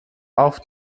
auf